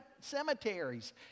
cemeteries